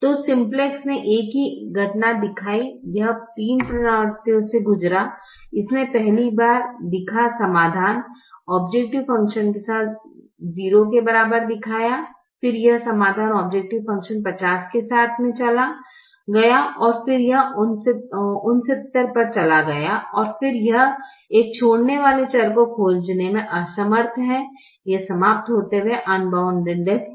तो सिम्प्लेक्स ने एक ही घटना दिखाई यह तीन पुनरावृत्तियों से गुजरा इसने पहली बार दिखा समाधान औब्जैकटिव फ़ंक्शन के साथ 0 के बराबर दिखाया फिर यह समाधान औब्जैकटिव फ़ंक्शन 50 के साथ में चला गया और फिर यह 69 पर चला गया और फिर यह एक छोड़ने वाले चर को खोजने में असमर्थ है यह समाप्त होते हुए अनबाउंडनेस दिखाता है